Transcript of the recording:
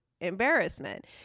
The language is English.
embarrassment